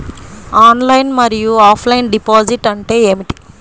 Online మరియు offline deposit అంటే ఏమిటి?